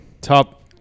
Top